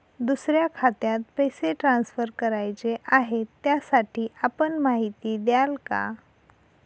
दुसऱ्या खात्यात पैसे ट्रान्सफर करायचे आहेत, त्यासाठी आपण माहिती द्याल का?